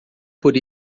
por